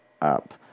up